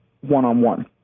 one-on-one